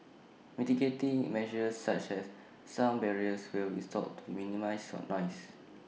mitigating measures such as sound barriers will be installed to minimise noise